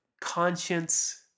conscience